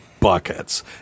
buckets